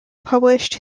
published